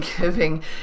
giving